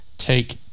take